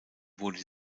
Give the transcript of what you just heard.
wurde